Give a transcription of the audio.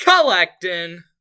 collecting